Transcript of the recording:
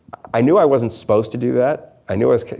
i knew i wasn't supposed to do that. i knew i was